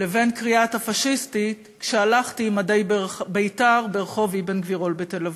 לבין הקריאה "פאשיסטית" כשהלכתי במדי בית"ר ברחוב אבן-גבירול בתל-אביב.